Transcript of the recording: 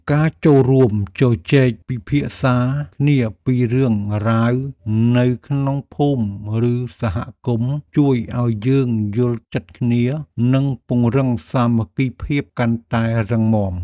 ការចូលរួមជជែកពិភាក្សាគ្នាពីរឿងរ៉ាវនៅក្នុងភូមិឬសហគមន៍ជួយឱ្យយើងយល់ចិត្តគ្នា និងពង្រឹងសាមគ្គីភាពកាន់តែរឹងមាំ។